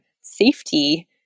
safety